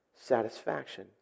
satisfaction